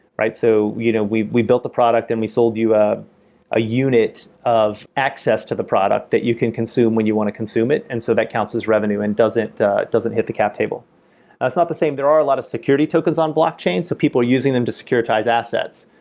right? so you know we we built the product and we sold you ah a unit of access to the product that you can consume when you want to consume it, and so that counts as revenue and doesn't hit the cap table it's not the same. there are a lot of security tokens on blockchain, so people are using them to securitize assets,